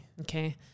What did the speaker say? Okay